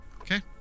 Okay